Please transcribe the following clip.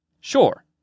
Sure